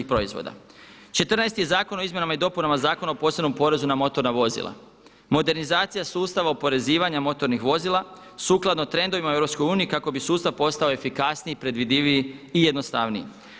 14.-ti je Zakon o izmjenama i dopunama Zakona o posebnom porezu na motorna vozila, modernizacija sustava oporezivanja motornih vozila sukladno trendovima u EU kako bi sustav postao efikasniji, predvidiviji i jednostavniji.